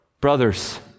Brothers